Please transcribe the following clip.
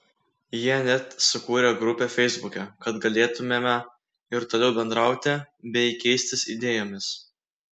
jie net sukūrė grupę feisbuke kad galėtumėme ir toliau bendrauti bei keistis idėjomis